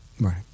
Right